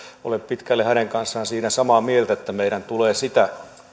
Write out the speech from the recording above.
olen pitkälle hänen kanssaan siinä samaa mieltä että meidän tulee sitä